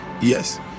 yes